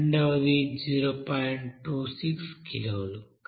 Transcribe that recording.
26 కిలోలు